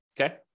Okay